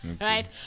Right